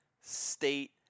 State